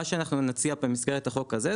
מה שאנחנו נציע פה במסגרת החוק הזה,